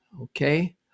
Okay